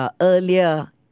earlier